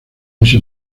ese